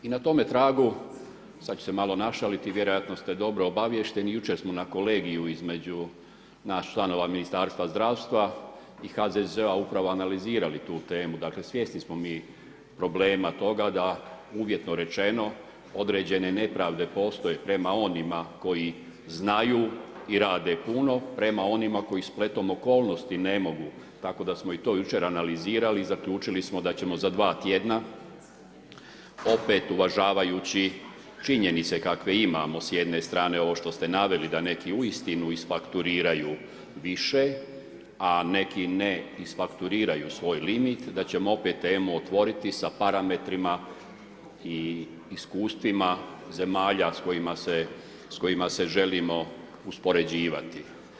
I na tome tragu, sad ću se malo našaliti, vjerojatno ste dobro obaviješteni jučer smo na kolegiju između nas članova Ministarstva zdravstva i HZZO upravo analizirali tu temu dakle svjesni smo mi problema toga da uvjetno rečeno određene nepravde postoje prema onima koje znanju i rade puno prema onima koji spletom okolnosti ne mogu, tako da smo i to jučer analizirali i zaključili smo da ćemo za 2 tjedna opet uvažavajući činjenice kakve imamo s jedne strane, ovo što ste naveli, da neki uistinu isfakturiraju više, a neki neisfakturiraju svoj limit da ćemo opet temu otvoriti sa parametrima i iskustvima zemalja s kojima se želimo uspoređivati.